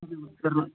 செஞ்சு முடிச்சிடுறோம்